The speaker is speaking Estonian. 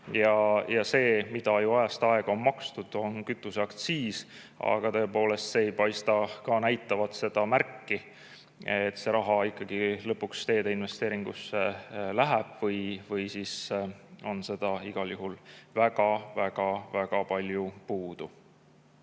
Ja see, mida ju ajast aega on makstud, on kütuseaktsiis. Aga tõepoolest, see ei paista ka näitavat märki, et see raha lõpuks ikkagi teede investeeringuteks läheb, või siis on seda igal juhul väga-väga-väga palju puudu.